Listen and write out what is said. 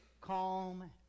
calm